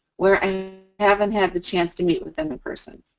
where i haven't had the chance to meet with them in person.